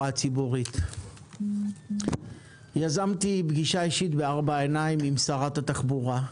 הציבורית: יזמתי פגישה אישית בארבע עיניים עם שרת התחבורה,